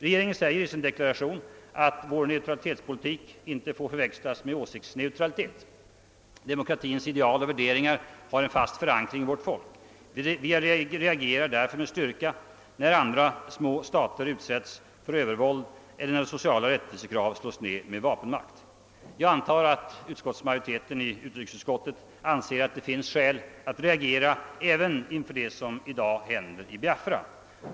Regeringen säger i sin deklaration att vår neutralitetspolitik »inte får förväxlas med åsiktspolitik. Demokratins ideal och värderingar har en fast förankring hos vårt folk. Vi reagerar därför med styrka när andra små nationer utsätts för övervåld eller när sociala rättvisekrav slås ner med vapenmakt». Jag antar att majoriteten i utrikesutskottet anser att det finns skäl att reagera även inför det som i dag händer i Biafra.